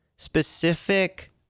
specific